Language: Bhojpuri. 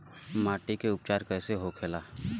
माटी के उपचार कैसे होखे ला?